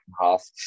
half